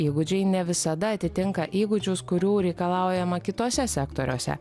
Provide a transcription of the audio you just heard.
įgūdžiai ne visada atitinka įgūdžius kurių reikalaujama kituose sektoriuose